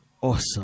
awesome